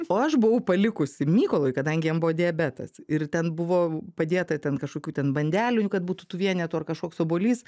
o aš buvau palikusi mykolui kadangi jam buvo diabetas ir ten buvo padėta ten kažkokių ten bandelių kad būtų tų vienetų ar kažkoks obuolys